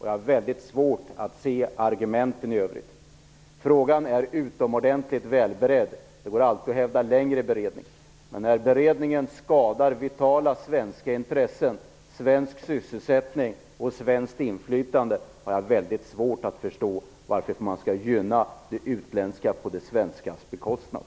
Jag har väldigt svårt att se argumenten i övrigt. Frågan är utomordentligt välberedd. Man kan alltid kräva längre beredning, men när beredningen skadar vitala svenska intressen, svensk sysselsättning och svenskt inflytande har jag väldigt svårt att förstå varför man skall gynna det utländska på det svenskas bekostnad.